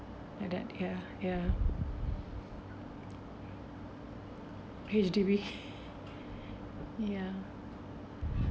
like that ya ya H_D_B ya ya